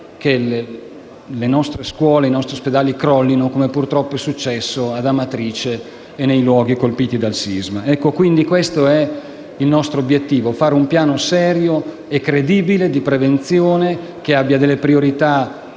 che le nostre scuole o i nostri ospedali crollino, come purtroppo è successo ad Amatrice e nei luoghi colpiti dal sisma. Questo è il nostro obiettivo: realizzare un piano serio e credibile di prevenzione, che abbia delle priorità